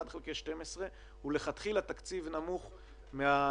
חלקי 12 שהוא מלכתחילה תקציב נמוך מהרגיל.